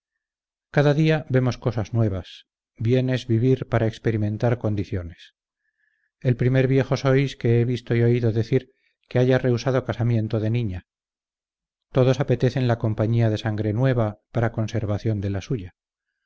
cada día vemos cosas nuevas bien es vivir para experimentar condiciones el primer viejo sois que he visto y oído decir que haya rehusado casamiento de niña todos apetecen la compañía de sangre nueva para conservación de la suya